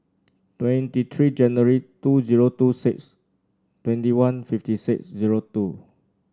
twenty three January two zero two six twenty one fifty six zero two